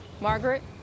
Margaret